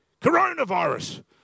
Coronavirus